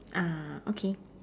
ah okay